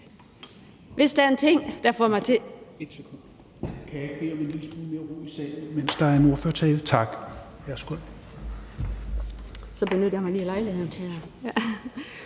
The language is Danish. Hvis der er en ting, der får mig til